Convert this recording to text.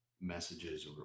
messages